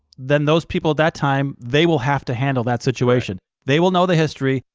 then those people at that time, they will have to handle that situation. they will know the history,